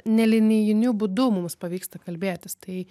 nelinijiniu būdu mums pavyksta kalbėtis tai